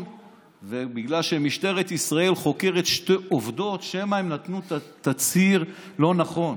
בגלל שמשטרת ישראל חוקרת שתי עובדות שמא הן נתנו תצהיר לא נכון